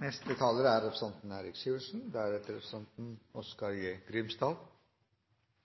Boligprisene har vært et hett tema for debatt i det siste. Det er